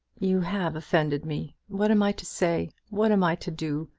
you have offended me. what am i to say? what am i to do?